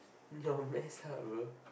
you're messed up bro